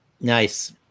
Nice